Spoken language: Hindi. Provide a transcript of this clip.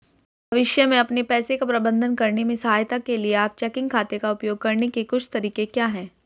भविष्य में अपने पैसे का प्रबंधन करने में सहायता के लिए आप चेकिंग खाते का उपयोग करने के कुछ तरीके क्या हैं?